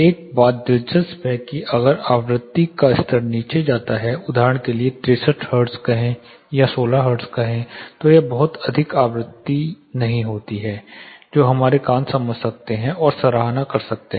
एक बात दिलचस्प है कि अगर आवृत्ति का स्तर नीचे जाता है उदाहरण के लिए 63 हर्ट्ज़ कहें या 16 हर्ट्ज़ कहें तो बहुत अधिक आवृत्तियाँ नहीं होती हैं जो हमारे कान समझ सकते हैं और सराहना कर सकते हैं